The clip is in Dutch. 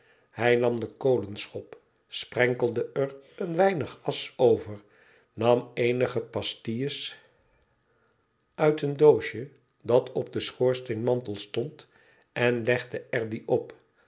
hij nam de kolenschop sprenkelde er een weinig asch over nam eenige pasilles uit een doosje dat op den schoorsteenmantel stond en legde er die op